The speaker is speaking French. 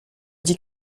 dis